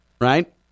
right